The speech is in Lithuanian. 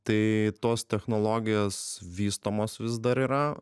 tai tos technologijos vystomos vis dar yra